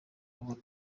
ubona